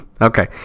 Okay